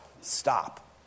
Stop